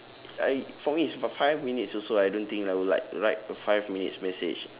I for me is for five minutes also I don't think I would like write a five minutes message